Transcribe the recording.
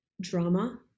drama